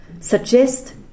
suggest